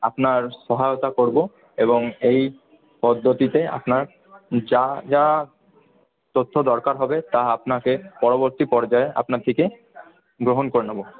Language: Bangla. আপনার সহায়তা করবো এবং এই পদ্ধতিতে আপনার যা যা তথ্য দরকার হবে তা আপনাকে পরবর্তী পর্যায়ে আপনার থেকে গ্রহণ করে নেবো